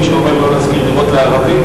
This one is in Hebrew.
מי שאומר לא להשכיר דירות לערבים,